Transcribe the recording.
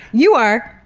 you are!